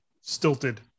stilted